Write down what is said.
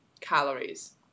calories